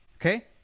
Okay